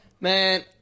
Man